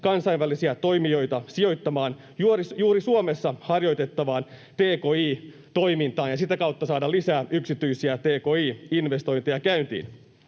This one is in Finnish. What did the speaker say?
kansainvälisiä toimijoita sijoittamaan juuri Suomessa harjoitettavaan tki-toimintaan ja sitä kautta saada lisää yksityisiä tki-investointeja käyntiin.